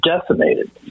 decimated